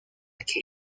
que